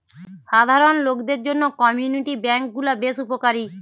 সাধারণ লোকদের জন্য কমিউনিটি বেঙ্ক গুলা বেশ উপকারী